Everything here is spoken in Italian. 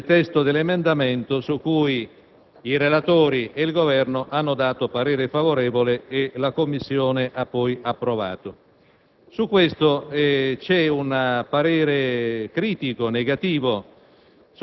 nel testo dell'emendamento, su cui i relatori e il Governo hanno dato parere favorevole e che la Commissione ha poi approvato. Al riguardo vi è un parere critico, negativo;